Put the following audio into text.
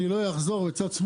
ואני לא אחזור על זה.